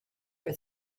for